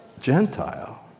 Gentile